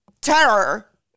terror